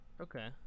Okay